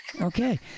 Okay